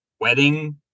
wedding